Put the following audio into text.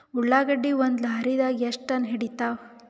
ಉಳ್ಳಾಗಡ್ಡಿ ಒಂದ ಲಾರಿದಾಗ ಎಷ್ಟ ಟನ್ ಹಿಡಿತ್ತಾವ?